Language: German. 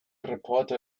reporter